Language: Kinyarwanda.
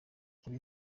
kuri